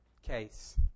case